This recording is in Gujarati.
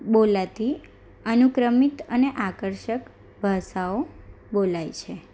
બોલતી અનુક્રમિત અને આકર્ષક ભાષાઓ બોલાય છે